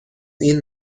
این